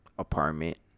apartment